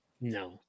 no